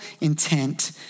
intent